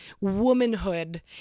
womanhood